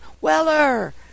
Weller